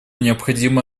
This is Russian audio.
необходимо